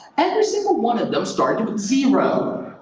every single one of them started with zero.